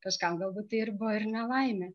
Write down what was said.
kažkam galbūt tai ir buvo ir nelaimė